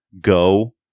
go